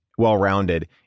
Well-rounded